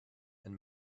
and